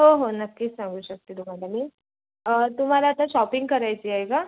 हो हो नक्कीच सांगू शकते तुम्हाला मी तुम्हाला आता शॉपिंग करायची आहे का